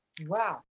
Wow